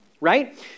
right